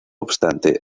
obstante